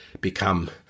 become